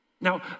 Now